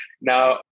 Now